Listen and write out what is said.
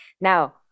Now